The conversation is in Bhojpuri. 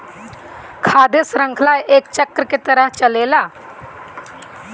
खाद्य शृंखला एक चक्र के तरह चलेला